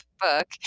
book